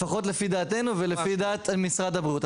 לפחות לפי דעתנו ולפי לדעת משרד הבריאות.